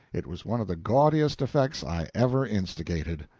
it was one of the gaudiest effects i ever instigated.